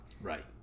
Right